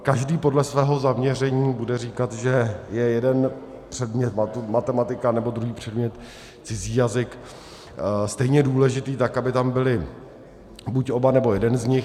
Každý podle svého zaměření bude říkat, že je jeden předmět matematika, nebo druhý předmět cizí jazyk stejně důležitý, tak aby tam byly buď oba, nebo jeden z nich.